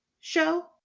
show